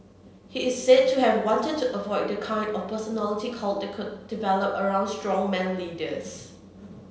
he is said to have wanted to avoid the kind of personality cult that could develop around strongman leaders